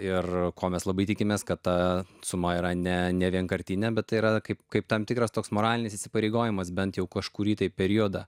ir ko mes labai tikimės kad ta suma yra ne nevienkartinė bet yra kaip kaip tam tikras toks moralinis įsipareigojimas bent jau kažkurį periodą